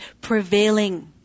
prevailing